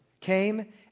came